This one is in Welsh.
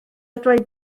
dweud